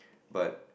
but